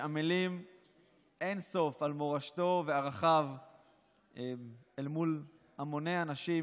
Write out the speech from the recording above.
שעמלים אין סוף על מורשתו וערכיו מול המוני אנשים,